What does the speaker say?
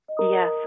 Yes